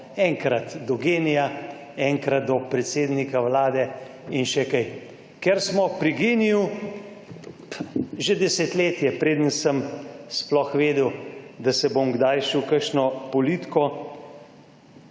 enkrat do Gen-I, enkrat do predsednika vlade in še kaj. Že desetletje, preden sem sploh vedel, da se bom kdaj šel kakšno politiko,